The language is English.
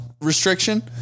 restriction